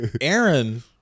Aaron